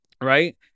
right